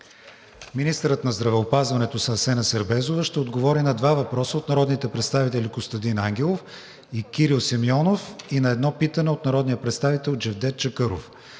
министърът на здравеопазването Асена Сербезова ще отговори на два въпроса от народните представители Костадин Ангелов; и Кирил Симеонов и на едно питане от народния представител Джевдет Чакъров;